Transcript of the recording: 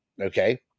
okay